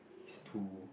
it's too